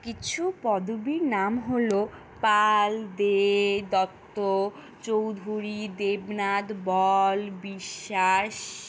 কিছু পদবীর নাম হলো পাল দে দত্ত চৌধুরী দেবনাথ বল বিশ্বাস